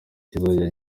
kizajya